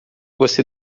você